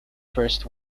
first